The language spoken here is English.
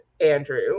Andrew